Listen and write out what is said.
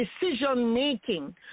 decision-making